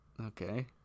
okay